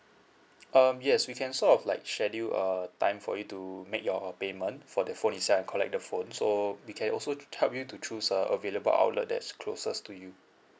um yes we can sort of like schedule a time for you to make your payment for the phone itself and collect the phone so we can also help you to choose a available outlet that's closest to you